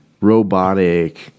robotic